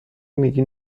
میگی